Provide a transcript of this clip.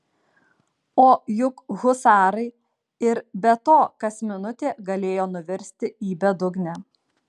o juk husarai ir be to kas minutė galėjo nuvirsti į bedugnę